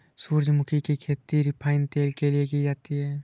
सूरजमुखी की खेती रिफाइन तेल के लिए की जाती है